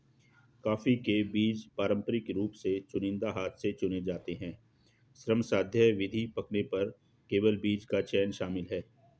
coffee के बीज पारंपरिक रूप से चुनिंदा हाथ से चुने जाते हैं, श्रमसाध्य विधि, पकने पर केवल बीज का चयन शामिल है